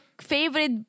favorite